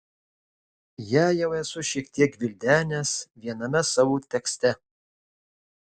ją jau esu šiek tiek gvildenęs viename savo tekste